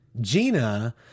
Gina